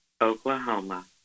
Oklahoma